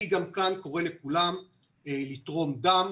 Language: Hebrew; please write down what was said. אני גם קורא לכולם לתרום דם.